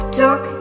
talk